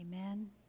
Amen